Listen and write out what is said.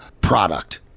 product